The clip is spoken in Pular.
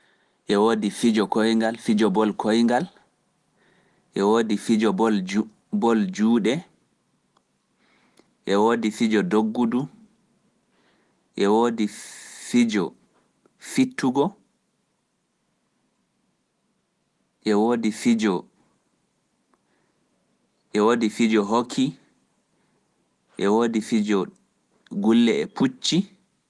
e woodi fijo ɓol koyngal, ɓol juuɗe, fijo ndoggudu, fijo fittugo, fijo hokki, fijo gulle e pucci.